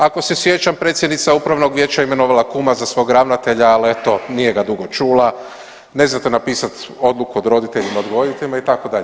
Ako se sjećam predsjednica Upravnog vijeća je imenovala kuma za svog ravnatelja, ali eto nije ga dugo čula, ne znate napisati odluku o roditeljima odgojiteljima itd.